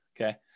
okay